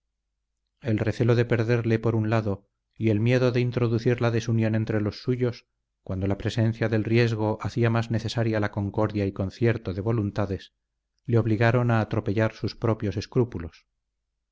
el recelo de perderle por un lado y el miedo de introducir la desunión entre los suyos cuando la presencia del riesgo hacía más necesaria la concordia y concierto de voluntades le obligaron a atropellar por sus propios escrúpulos